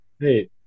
Hey